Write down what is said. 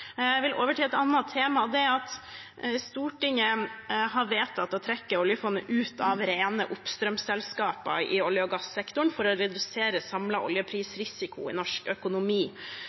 Jeg vil over til et annet tema. Det er at Stortinget har vedtatt å trekke oljefondet ut av rene oppstrømsselskaper i olje- og gassektoren for å redusere samlet oljeprisrisiko i norsk økonomi.